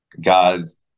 guys